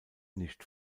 nicht